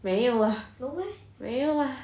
没有 ah 没有 lah